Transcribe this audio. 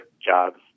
jobs